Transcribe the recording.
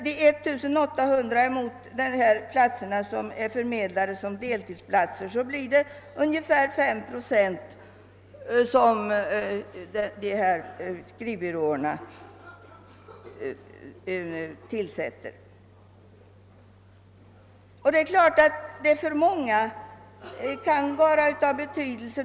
De platser som skrivbyråerna har förmed!at uppgår alltså till cirka 5 procent av det antal deltidsplatser som den offentliga arbetsförmedlingen har anvisat.